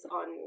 on